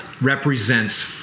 represents